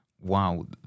wow